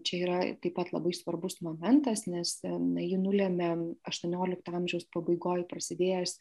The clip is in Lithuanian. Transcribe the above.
čia yra taip pat labai svarbus momentas nes na jį nulemia aštuoniolikto amžiaus pabaigoj prasidėjęs